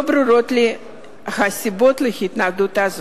לא ברורות לי הסיבות להתנגדותה.